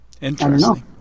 Interesting